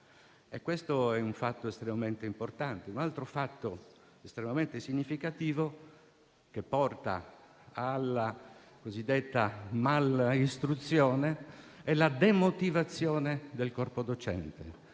Questo è un fatto importante, così come un altro fatto estremamente significativo, che porta alla cosiddetta mala istruzione, è la demotivazione del corpo docente,